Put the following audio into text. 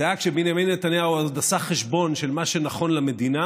זה היה כשבנימין נתניהו עוד עשה חשבון של מה שנכון למדינה,